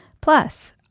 Plus